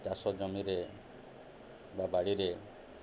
ଚାଷ ଜମିରେ ବାଡ଼ିରେ